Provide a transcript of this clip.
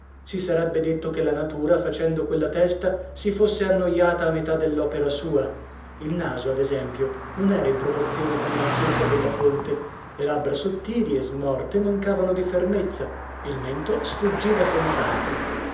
si sarebbe detto che la natura facendo quella testa si fosse annoiata a metà dell'opera sua il naso ad esempio non era in proporzione con l'ampiezza della fronte le labbra sottili e smorte mancavano di fermezza il mento sfuggiva senz'altro